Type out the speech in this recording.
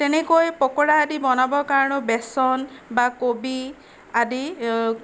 তেনেকৈ পকোৰা আদি বনাবৰ কাৰণেও বেচন বা কবি আদি